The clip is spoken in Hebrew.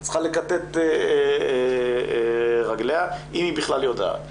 צריכה לכתת רגליה, אם היא בכלל יודעת.